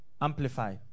Amplify